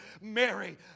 Mary